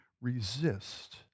resist